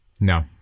No